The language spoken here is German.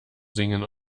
singen